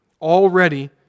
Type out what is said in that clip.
Already